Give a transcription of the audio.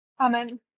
Amen